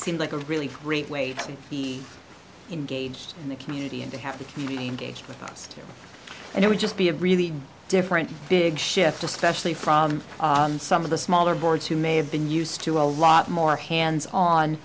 seemed like a really great way to be engaged in the community and to have to gauge and it would just be a really different big shift especially from some of the smaller boards who may have been used to a lot more hands on